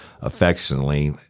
affectionately